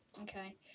Okay